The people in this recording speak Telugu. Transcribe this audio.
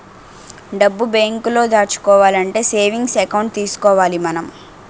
డబ్బు బేంకులో దాచుకోవాలంటే సేవింగ్స్ ఎకౌంట్ తీసుకోవాలి మనం